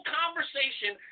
conversation